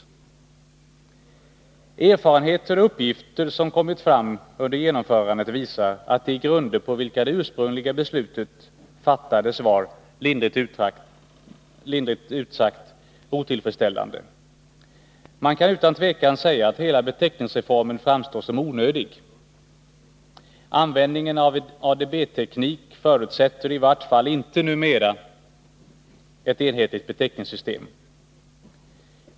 Erfarenheter och uppgifter som kommit fram under genomförandet visar att de grunder på vilka det ursprungliga beslutet fattades var, lindrigt sagt, otillfredsställande. Man kan utan tvekan säga att hela beteckningsreformen framstår såsom onödig. Användningen av ADB-teknik förutsätter i vart fall inte numera ett enhetligt beteckningssystem.